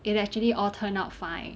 it actually all turned out fine